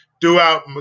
Throughout